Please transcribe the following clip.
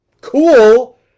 cool